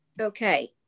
Okay